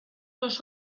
los